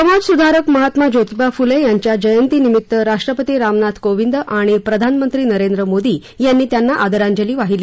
समाजसुधारक महात्मा जोतिबा फुले यांच्या जयंतीनिमित्त राष्ट्रपती रामनाथ कोविंद आणि प्रधानमंत्री नरेंद्र मोदी यांनी त्यांना आदरांजली वाहिली